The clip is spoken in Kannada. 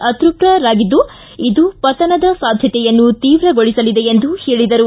ಅತೃಪ್ತರಾಗಿದ್ದು ಇದು ಪತನದ ಸಾಧ್ಯತೆಯನ್ನು ತೀವ್ರಗೊಳಿಸಲಿದೆ ಎಂದು ಹೇಳಿದರು